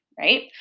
right